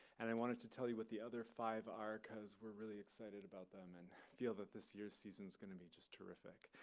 and i wanted to tell you what the other five are because we're really excited about them and feel that this year's season is going to be just terrific.